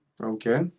Okay